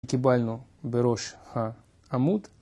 קיבלנו בראש העמוד